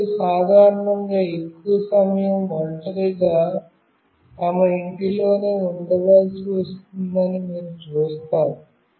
వృద్ధులు సాధారణంగా ఎక్కువ సమయం ఒంటరిగా తమ ఇంటిలోనే ఉండాల్సి వస్తుందని మీరు చూస్తారు